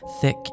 thick